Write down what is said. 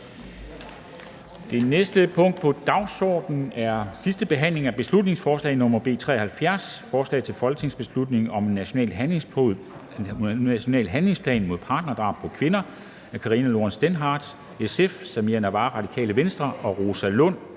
Det næste punkt på dagsordenen er: 26) 2. (sidste) behandling af beslutningsforslag nr. B 73: Forslag til folketingsbeslutning om en national handlingsplan mod partnerdrab på kvinder. Af Karina Lorentzen Dehnhardt (SF), Samira Nawa (RV) og Rosa Lund